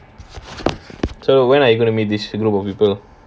so when are you gonna meet this group of people